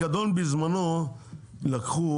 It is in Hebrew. הפיקדון בזמנו לקחו